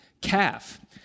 calf